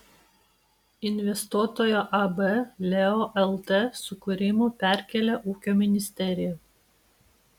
investuotojo ab leo lt sukūrimo perkėlė ūkio ministerija